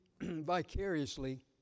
vicariously